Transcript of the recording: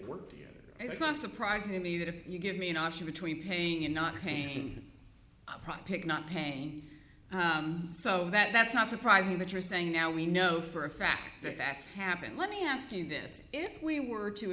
work together it's not surprising to me that if you give me an option between paying and not pain not pain so that that's not surprising that you're saying now we know for a fact that that's happened let me ask you this if we were to